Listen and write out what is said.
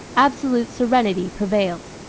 absolute serenity prevails.